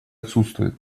отсутствует